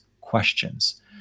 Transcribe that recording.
questions